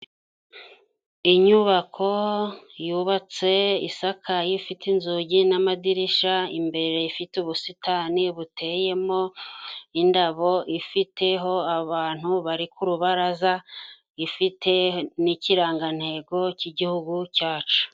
Inyubako yubatse, isakaye, ifite inzugi n'amadirisha. Imbere ifite ubusitani buteyemo indabo, ifiteho abantu bari ku rubaraza, ifite n'ikirangantego cy'igihugu cyacu.